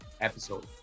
episode